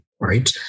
right